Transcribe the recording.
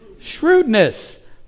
shrewdness